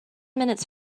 minutes